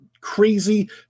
crazy